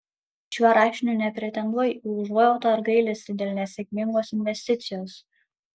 šiuo rašiniu nepretenduoju į užuojautą ar gailestį dėl nesėkmingos investicijos